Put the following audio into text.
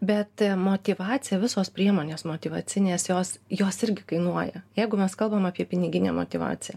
bet motyvacija visos priemonės motyvacinės jos jos irgi kainuoja jeigu mes kalbam apie piniginę motyvaciją